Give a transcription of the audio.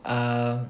err